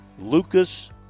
Lucas